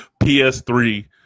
PS3